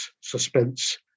suspense